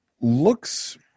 looks